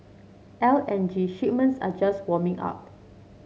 L N G shipments are just warming up